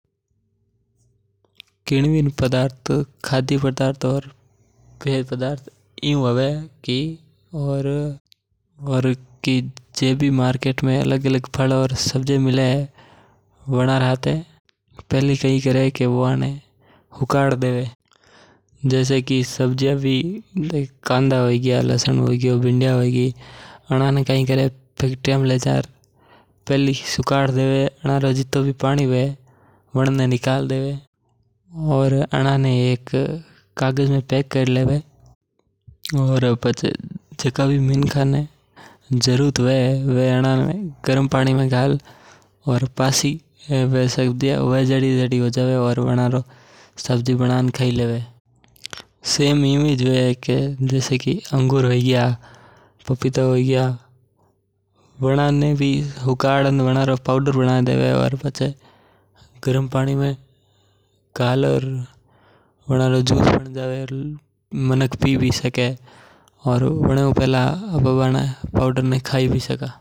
किन्विन खाद्य पदार्थ और पेय पदार्थ इयू हवे की जे भी मार्केट में अलग अलग फल और सब्जिया मले। वना में कई करे की वना ने पहली हुकार देवे आना रो जीतो भी पानी हवे वण ने निकाल देवे। आना ने एक कागज में पैक करी लेवे और पाछे मार्केट में भेज देवे। जिका मणका ने जरुरत हवे वे गरम पानी में गाळ ने पहला जेडो फ्रेश बना लेवे।